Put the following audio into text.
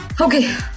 Okay